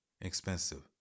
expensive